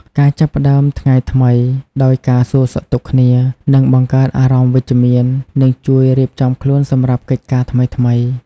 ការចាប់ផ្ដើមថ្ងៃថ្មីដោយការសួរសុខទុក្ខគ្នា នឹងបង្កើតអារម្មណ៍វិជ្ជមាន និងជួយរៀបចំខ្លួនសម្រាប់កិច្ចការថ្មីៗ។